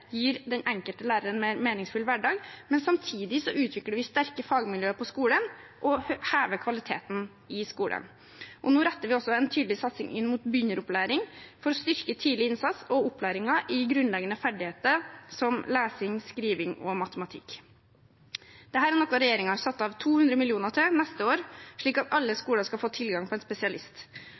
gir den enkelte lærer en mer meningsfull hverdag, men samtidig utvikler vi sterke fagmiljøer og hever kvaliteten i skolen. Nå retter vi også en tydelig satsing inn mot begynneropplæring for å styrke tidlig innsats og opplæringen i grunnleggende ferdigheter som lesing, skriving og matematikk. Dette er noe regjeringen har satt av 200 mill. kr til til neste år, slik at alle skoler skal få tilgang på en spesialist.